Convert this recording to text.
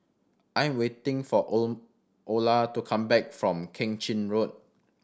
I am waiting for O Olar to come back from Keng Chin Road